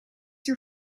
your